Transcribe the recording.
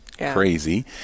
Crazy